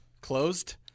closed